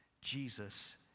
Jesus